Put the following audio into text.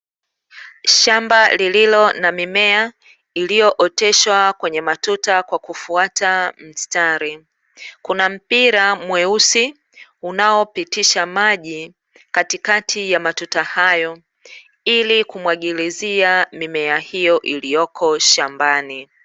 Shamba lililo na mimea iliyooteshwa kwenye matuta kwa kufuata mstari, kuna mpira mweusi uanaopitisha maji katikati ya matuta hayo, ili kumwagilizia mimea hiyo iliyoko shambani.